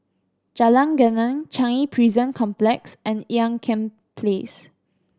Jalan Geneng Changi Prison Complex and Ean Kiam Place